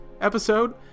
episode